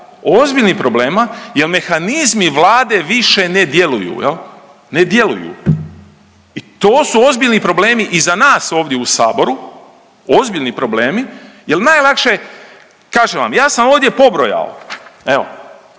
ozbiljnih problema jer mehanizmi Vlade više ne djeluju, ne djeluju. I to su ozbiljni problemi i za nas ovdje u Saboru, ozbiljni problemi jer najlakše, kažem vam ja sam ovdje pobrojao evo